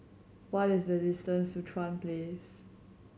what is the distance to Chuan Place